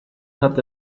hat